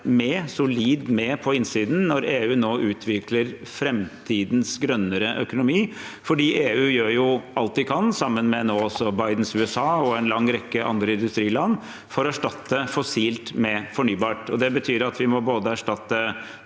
solid med på innsiden når EU nå utvikler framtidens grønnere økonomi. EU gjør alt de kan – nå også sammen med Bidens USA og en lang rekke andre industriland – for å erstatte fossilt med fornybart. Det betyr at vi må både sørge